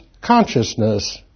consciousness